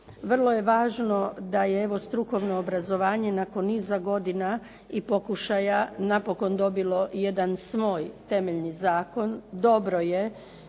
Vrlo je važno da je evo strukovno obrazovanje nakon niza godina i pokušaja napokon dobilo jedan svoj temeljni zakon. Dobro je